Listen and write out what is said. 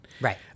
Right